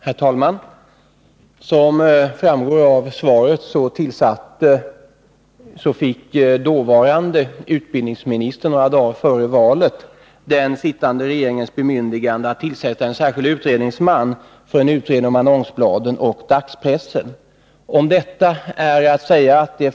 Herr talman! Som framgår av svaret fick dåvarande utbildningsministern några dagar före valet den sittande regeringens bemyndigande att tillsätta en särskild utredningsman för en utredning om annonsbladen och dagspressen.